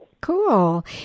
Cool